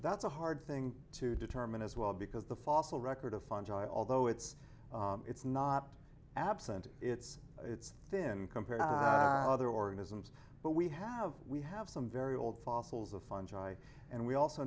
that's a hard thing to determine as well because the fossil record of fungi although it's it's not absent it's it's thin compared to other organisms but we have we have some very old fossils of fungi and we also